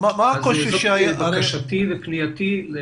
זו דרישתי ופנייתי.